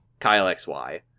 KyleXY